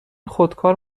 خودکار